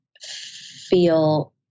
feel